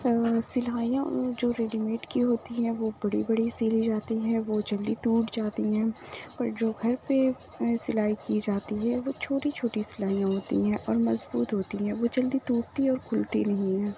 سلائیاں جو ready made کی ہوتی ہیں وہ بڑی بڑی سلی جاتی ہیں وہ جلدی ٹوٹ جاتی ہیں پر جو گھر پہ سلائی کی جاتی ہے وہ چھوٹی چھوٹی سلائیاں ہوتی ہیں اور مضبوط ہوتی ہیں وہ جلدی ٹوٹتی اور کھلتی نہیں ہیں